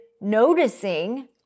noticing